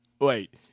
wait